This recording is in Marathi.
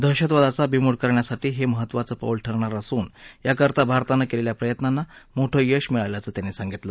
दहशतवादाचा बिमोड करण्यासाठी हे महत्तवाचं पाऊल ठरणार असून याकरता भारतानं केलेल्या प्रयत्नांना मोठं यश मिळाल्याचं त्यांनी सांगितलं